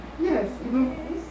Yes